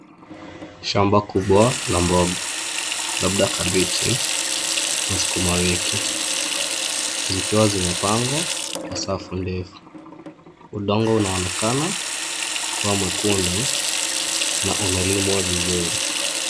Shamba kubwa la mboga labda kabichi ama sukumawiki zikiwa zimepangwa kwa safu ndefu. Udongo unaonekana kuwa mwekundu na unalimwa vizuri.